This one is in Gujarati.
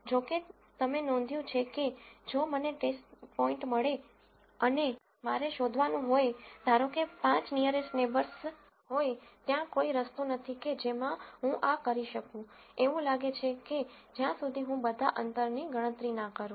જો કે તમે નોંધ્યું છે કે જો મને ટેસ્ટ ડેટા પોઇન્ટ મળે અને મારે શોધવાનું હોય ધારોકે 5 નીઅરેસ્ટ નેબર્સ હોય ત્યાં કોઈ રસ્તો નથી કે જેમાં હું આ કરી શકું એવું લાગે છેકે જ્યાં સુધી હું બધા અંતરની ગણતરી ના કરું